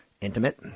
intimate